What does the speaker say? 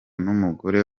n’umugore